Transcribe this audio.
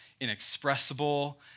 inexpressible